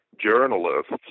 journalists